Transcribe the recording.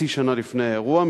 כחצי שנה לפני האירוע,